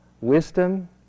wisdom